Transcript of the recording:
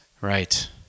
Right